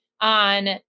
on